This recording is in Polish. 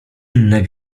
inne